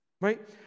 Right